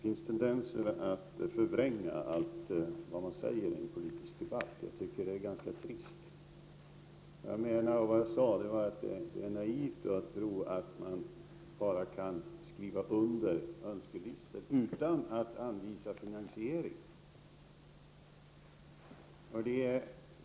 Fru talman! Det finns tendenser till att förvränga allt som sägs i en politisk debatt. Jag tycker att detta är ganska trist. Vad jag menade med det jag sade är att det är naivt att tro att man bara kan skriva under önskelistor utan att anvisa någon finansiering.